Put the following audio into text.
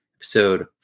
episode